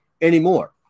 anymore